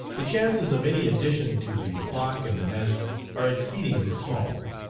the chances of any addition to the flock in the nest are exceedingly small.